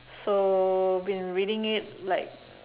so been reading it like